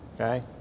okay